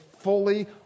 fully